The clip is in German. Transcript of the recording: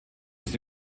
ist